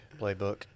playbook